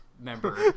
member